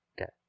Okay